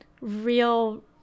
real